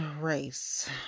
race